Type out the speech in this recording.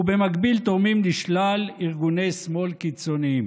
ובמקביל תורמים לשלל ארגוני שמאל קיצוניים.